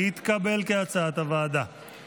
כהצעת הוועדה, התקבל.